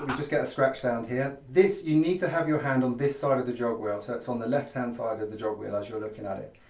just get a scratch sound here. this, you need to have your hand on this side of the jogwheel so it's on the left-hand side of the jogwheel you're looking at it.